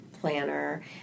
planner